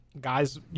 guys